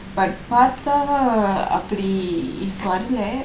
but பாத்தாதான் அப்படி வரல:paathaathaan apdi varala